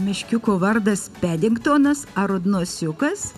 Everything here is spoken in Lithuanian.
meškiuko vardas pedingtonas ar rudnosiukas